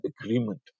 agreement